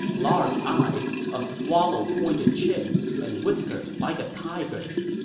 large eyes, a swallow-pointed chin, and whiskers like a tiger's.